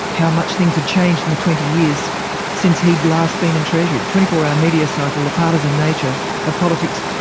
how much things had changed in the twenty years since he'd last been in treasury the twenty four hour media cycle, the partisan nature of politics,